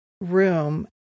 room